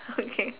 okay